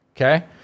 okay